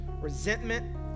resentment